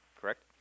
Correct